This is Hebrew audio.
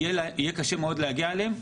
יהיה קשה מאוד להגיע אליהם.